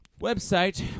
website